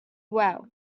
well